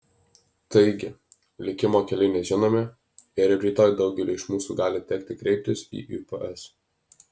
taigi likimo keliai nežinomi ir jau rytoj daugeliui iš mūsų gali tekti kreiptis į ups